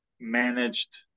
managed